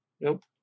Nope